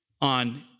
on